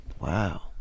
wow